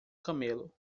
camelo